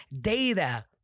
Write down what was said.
data